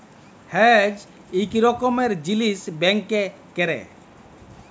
hedge ইক রকমের জিলিস ব্যাংকে ক্যরে